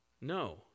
No